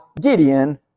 Gideon